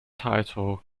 title